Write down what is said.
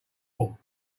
all